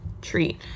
treat